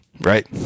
right